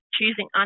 choosing